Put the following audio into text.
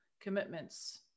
commitments